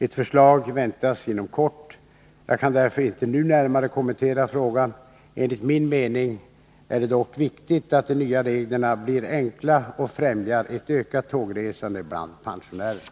Ett förslag väntas inom kort. Jag kan därför inte nu närmare kommentera frågan. Enligt min mening är det dock viktigt att de nya reglerna blir enkla och främjar ett ökat tågresande bland pensionärerna.